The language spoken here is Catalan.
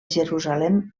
jerusalem